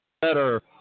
better